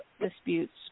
disputes